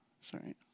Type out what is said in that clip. sorry